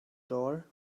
door